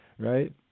Right